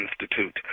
Institute